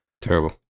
Terrible